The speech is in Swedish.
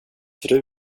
fru